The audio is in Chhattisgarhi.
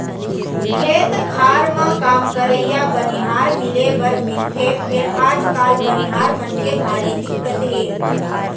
खेत खार म काम करइया बनिहार मिले बर मिलथे फेर आजकाल बनिहार मन के भारी दिक्कत हे